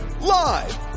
Live